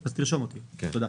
תרשום אותי, תודה.